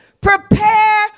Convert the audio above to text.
Prepare